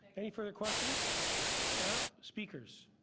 any further questions of staff? speakers?